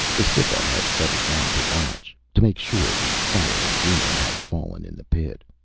the cytha had settled down to watch, to make sure the following human had fallen in the pit.